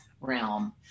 realm